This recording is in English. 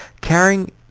carrying